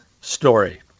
story